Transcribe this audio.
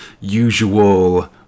usual